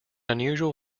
unusual